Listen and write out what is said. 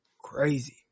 crazy